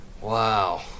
Wow